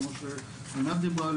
כמו שענת דיברה.